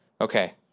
Okay